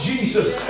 Jesus